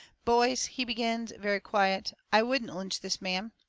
boys, he begins very quiet, i wouldn't lynch this man.